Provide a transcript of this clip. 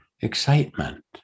excitement